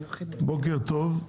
בוקר טוב,